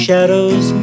Shadows